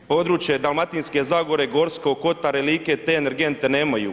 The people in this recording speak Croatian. Područje Dalmatinske zagore, Gorskog kotara i Like te energente nemaju.